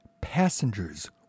passengers